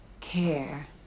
care